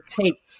take